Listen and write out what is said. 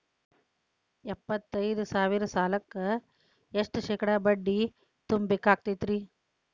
ಎಪ್ಪತ್ತೈದು ಸಾವಿರ ಸಾಲಕ್ಕ ಎಷ್ಟ ಶೇಕಡಾ ಬಡ್ಡಿ ತುಂಬ ಬೇಕಾಕ್ತೈತ್ರಿ?